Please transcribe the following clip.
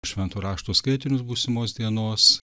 švento rašto skaitinius būsimos dienos